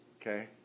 okay